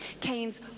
Cain's